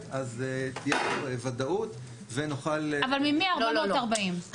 תהיה ודאות ונוכל -- אבל ממי 440 מיליון?